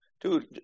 Dude